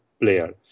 player